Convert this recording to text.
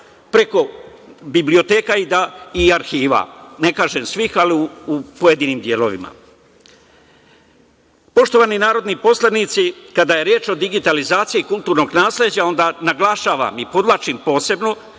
preko biblioteka i arhiva. Ne kažem svih, ali u pojedinim delovima. Poštovani narodni poslanici, kada je reč o digitalizaciji kulturnog nasleđa, onda naglašavam i podvlačim posebno